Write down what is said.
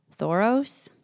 Thoros